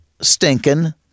Stinking